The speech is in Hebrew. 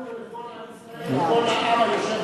לנו ולכל עם ישראל, לכל העם היושב